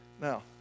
Now